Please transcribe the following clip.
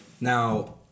Now